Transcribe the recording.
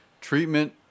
treatment